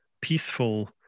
peaceful